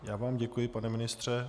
Já vám děkuji, pane ministře.